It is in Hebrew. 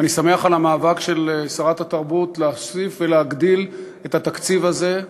ואני שמח על המאבק של שרת התרבות להוסיף ולהגדיל את התקציב הזה.